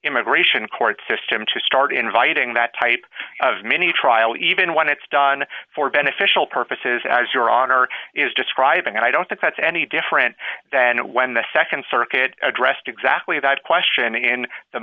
immigration court system to start inviting that type of mini trial even when it's done for beneficial purposes as your honor is describing and i don't think that's any different than when the nd circuit addressed exactly that question in the